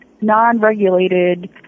non-regulated